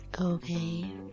Okay